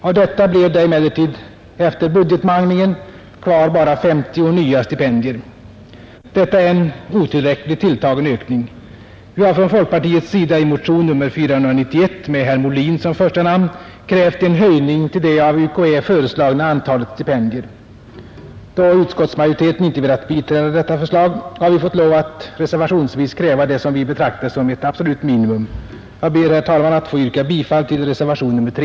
Av detta blev det emellertid efter budgetmanglingen kvar bara 50 nya stipendier. Det är en otillräckligt tilltagen ökning. Vi har från folkpartiets sida i motion nr 491, med herr Molin som första namn, krävt en höjning till det av UKÄ föreslagna antalet stipendier. Då utskottsmajoriteten inte velat biträda detta förslag har vi fått lov att reservationsvis begära vad vi betraktar som ett absolut minimum. Jag ber, herr talman, att få yrka bifall till reservationen 3.